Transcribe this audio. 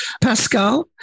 Pascal